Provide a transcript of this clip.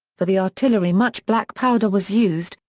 for the artillery much black powder was used,